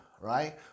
right